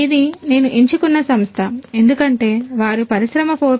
ఇది నేను ఎంచుకున్న సంస్థ ఎందుకంటే వారు పరిశ్రమ 4